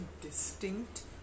distinct